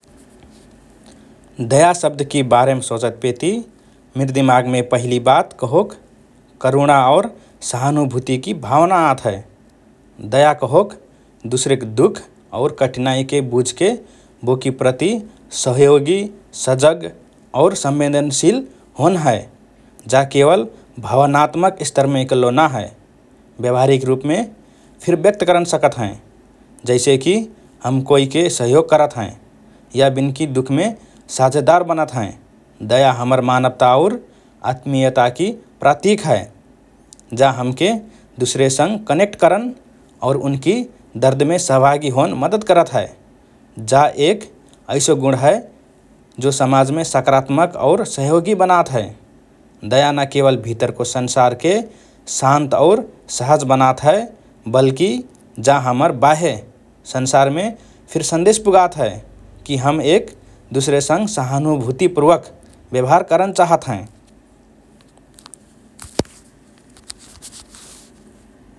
“दया” शब्दकि बारेम सोचतपेति मिर दिमागमे पहिलि बात कहोक करुणा और सहानुभूतिकि भावना आत हए । दया कहोक दुसरेक दुःख और कठिनाइके बुझ्के बोकि प्रति सहयोगी, सजग और संवेदनशील होन हए । जा केवल भावनात्मक स्तरमे इकल्लो ना हए, व्यवहारिक रुपमे फिर व्यक्त करन सकत हएँ, जैसेकि हम कोइके सहयोग करत हएँ या बिनकि दुःखमे साझेदार बनत हएँ । दया हमर मानवता और आत्मीयताकि प्रतिक हए । जा हमके दुसरेसँग कनेक्ट करन और उनकि दर्दमे सहभागी होन मद्दत करत हए । जा एक ऐसो गुण हए जो समाजमे साकारात्मक और सहयोगी बनात हए । दया न केवल भितरको संसारके शान्त और सहज बनात हए, वल्कि जा हमर बाह्य संसारमे फिर सन्देश पुगात हए कि हम एक दुसरेसँग सहानुभूतिपूर्वक व्यवहार करन चाहत हएँ ।